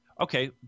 Okay